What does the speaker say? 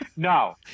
No